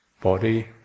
body